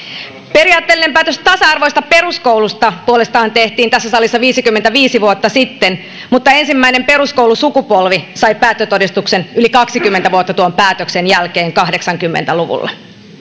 periaatteellinen päätös tasa arvoisesta peruskoulusta puolestaan tehtiin tässä salissa viisikymmentäviisi vuotta sitten mutta ensimmäinen peruskoulusukupolvi sai päättötodistuksen yli kaksikymmentä vuotta tuon päätöksen jälkeen tuhatyhdeksänsataakahdeksankymmentä luvulla